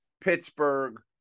Pittsburgh